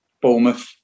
Bournemouth